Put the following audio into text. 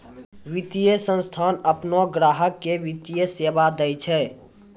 वित्तीय संस्थान आपनो ग्राहक के वित्तीय सेवा दैय छै